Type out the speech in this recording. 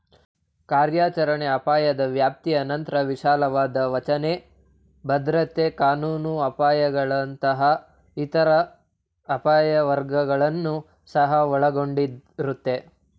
ಕಾರ್ಯಾಚರಣೆ ಅಪಾಯದ ವ್ಯಾಪ್ತಿನಂತ್ರ ವಿಶಾಲವಾದ ವಂಚನೆ, ಭದ್ರತೆ ಕಾನೂನು ಅಪಾಯಗಳಂತಹ ಇತರ ಅಪಾಯ ವರ್ಗಗಳನ್ನ ಸಹ ಒಳಗೊಂಡಿರುತ್ತೆ